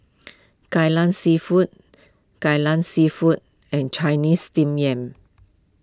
Kai Lan Seafood Kai Lan Seafood and Chinese Steamed Yam